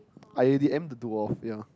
I already am the dwarf ya